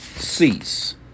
cease